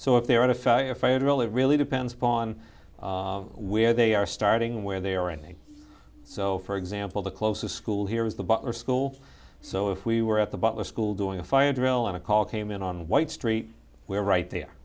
so if they're at a fire fight really really depends upon where they are starting where they are running so for example the closest school here is the butler school so if we were at the butler school doing a fire drill and a call came in on white street we are right there